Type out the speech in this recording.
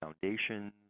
foundations